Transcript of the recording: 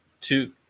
two